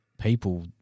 people